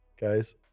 guys